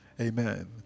Amen